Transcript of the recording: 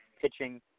pitching